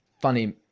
funny